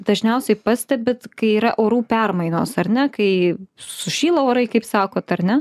dažniausiai pastebit kai yra orų permainos ar ne kai sušyla orai kaip sakot ar ne